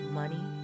money